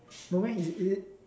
no meh is is it